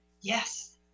Yes